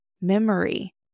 memory